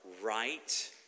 right